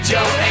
Joe